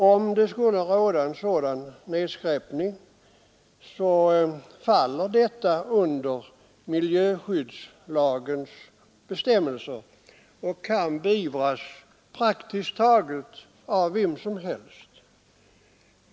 Om det skulle råda sådan nedskräpning, faller detta under miljöskyddslagens bestämmelser och kan beivras av praktiskt taget vem som helst.